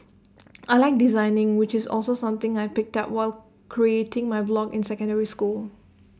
I Like designing which is also something I picked up while creating my blog in secondary school